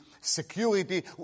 security